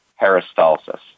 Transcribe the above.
peristalsis